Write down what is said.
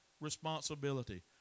responsibility